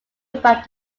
about